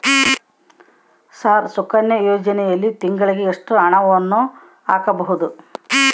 Sir Sukanya ಯೋಜನೆಯಲ್ಲಿ ತಿಂಗಳಿಗೆ ಎಷ್ಟು ಹಣವನ್ನು ಹಾಕಬಹುದು?